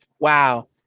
wow